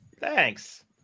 Thanks